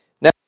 Now